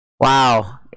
wow